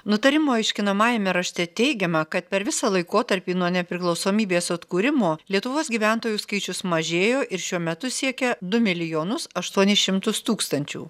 nutarimo aiškinamajame rašte teigiama kad per visą laikotarpį nuo nepriklausomybės atkūrimo lietuvos gyventojų skaičius mažėjo ir šiuo metu siekia du milijonus aštuonis šimtus tūkstančių